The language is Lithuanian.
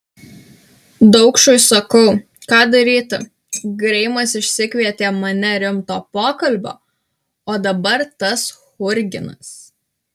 daukšui sakau ką daryti greimas išsikvietė mane rimto pokalbio o dabar tas churginas